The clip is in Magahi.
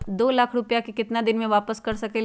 दो लाख रुपया के केतना दिन में वापस कर सकेली?